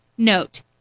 Note